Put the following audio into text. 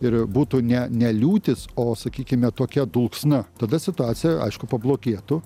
ir būtų ne ne liūtys o sakykime tokia dulksna tada situacija aišku pablogėtų